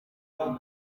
muntu